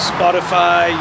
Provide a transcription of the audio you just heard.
Spotify